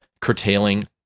curtailing